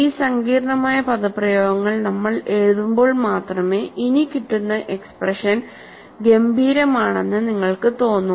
ഈ സങ്കീർണ്ണമായ പദപ്രയോഗങ്ങൾ നമ്മൾ എഴുതുമ്പോൾ മാത്രമേ ഇനി കിട്ടുന്ന എക്സ്പ്രഷൻ ഗംഭീരമാണെന്ന് നിങ്ങൾക്കു തോന്നു